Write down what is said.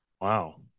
Wow